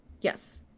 yes